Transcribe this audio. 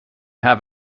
have